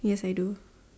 yes I do